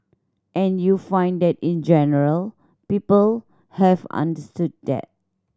and you find that in general people have understood that